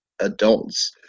adults